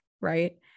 right